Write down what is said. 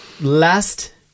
last